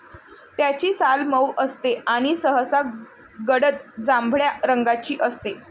त्याची साल मऊ असते आणि सहसा गडद जांभळ्या रंगाची असते